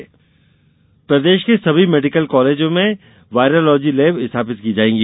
virology lab प्रदेश के सभी मेडिकल कॉलेज में वायरोलॉजी लैब स्थापित की जायेगी